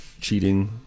cheating